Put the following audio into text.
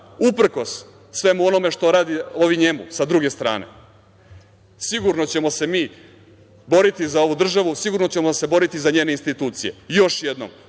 uprkos svemu onome što rade ovi njemu sa druge strane, sigurno ćemo se mi boriti za ovu državu, sigurno ćemo se boriti za njene institucije. Još jednom